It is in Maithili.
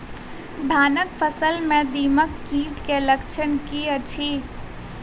धानक फसल मे दीमक कीट केँ लक्षण की अछि?